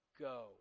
go